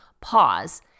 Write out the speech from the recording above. pause